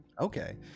okay